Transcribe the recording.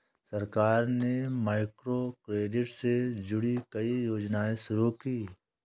सरकार ने माइक्रोक्रेडिट से जुड़ी कई योजनाएं शुरू की